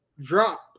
drop